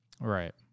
Right